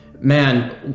Man